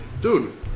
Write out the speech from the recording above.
Dude